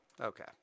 okay